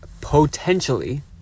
potentially